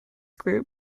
group